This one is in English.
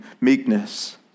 meekness